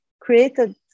created